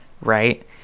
right